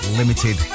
limited